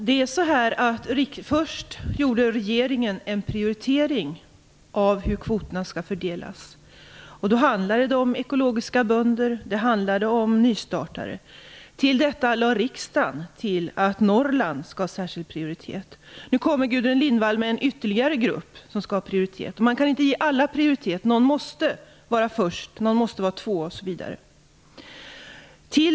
Fru talman! Först gjorde regeringen en prioritering av hur kvoterna skall fördelas. Det gällde då bönder med ekologisk verksamhet och nystartare. Riksdagen lade till att man i Norrland skall ha särskild prioritet. Nu kommer Gudrun Lindvall med ytterligare en grupp som skall ha prioritet. Man kan inte ge alla prioritet. Någon måste vara etta, någon måste vara två, osv.